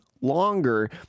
longer